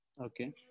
Okay